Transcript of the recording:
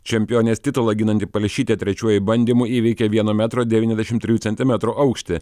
čempionės titulą ginanti palšytė trečiuoju bandymu įveikė vieno metro devyniasdešimt trijų centimetrų aukštį